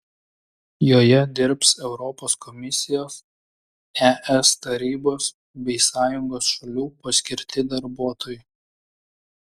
joje dirbs europos komisijos es tarybos bei sąjungos šalių paskirti darbuotojai